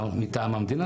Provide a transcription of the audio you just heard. מטעם המדינה,